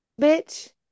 bitch